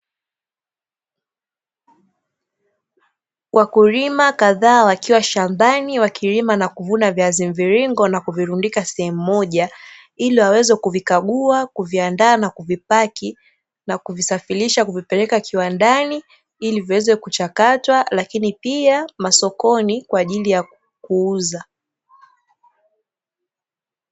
Wakulima kadhaa wakiwa shambani wakilima na kuvuna viazi mviringo na kuvirundika sehemu moja ili waweze kuvikagua, kuviandaa na kuvipaki na kuvisafirisha kuvipeleka kiwandani ili viweze kuchakatwa, lakini pia masokoni kwa ajili ya kuuza.